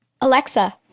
Alexa